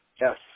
Yes